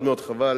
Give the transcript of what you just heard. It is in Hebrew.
מאוד מאוד חבל